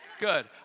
Good